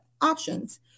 options